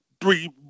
three